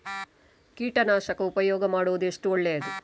ಕೀಟನಾಶಕ ಉಪಯೋಗ ಮಾಡುವುದು ಎಷ್ಟು ಒಳ್ಳೆಯದು?